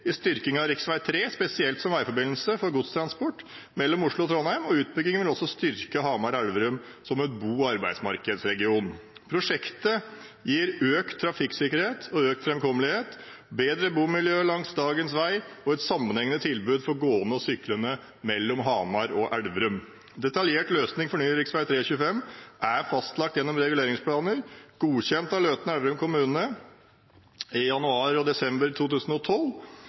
i Hedmark er en viktig styrking av rv. 3, spesielt som veiforbindelse for godstransport mellom Oslo og Trondheim, og utbyggingen vil også styrke Hamar/Elverum som en god arbeidsmarkedsregion. Prosjektet gir økt trafikksikkerhet og økt framkommelighet, bedre bomiljø langs dagens vei og et sammenhengende tilbud for gående og syklende mellom Hamar og Elverum. Detaljert løsning for ny rv. 3/rv. 25 er fastlagt gjennom reguleringsplaner, godkjent av Løten kommune og Elverum kommune i januar og desember 2012.